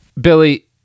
Billy